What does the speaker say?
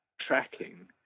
tracking